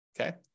okay